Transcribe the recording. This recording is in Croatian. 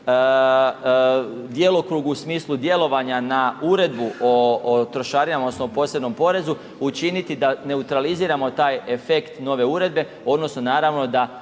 djelokrugu u smislu djelovanja na uredbu o trošarinama odnosno o posebnom porezu, učiniti da neutraliziramo taj efekt nove uredbe odnosno naravno, da